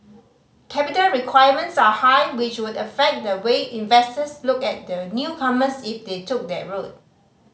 capital requirements are high which would affect the way investors looked at the newcomers if they took that route